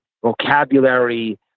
vocabulary